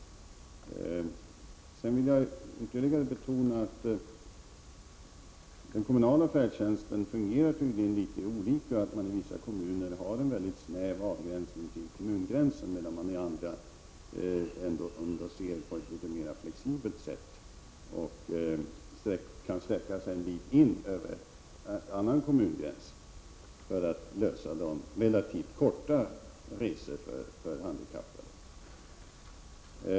Sedan vill jag ytterligare betona att den kommunala färdtjänsten tydligen fungerar litet olika. I vissa kommuner har man en snäv avgränsning till kommungränsen, medan man i andra kommuner ser det hela på ett litet mer flexibelt sätt och kan sträcka sig en bit över gränsen till en annan kommun för att tillgodose handikappades behov av relativt korta resor.